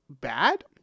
bad